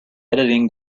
editing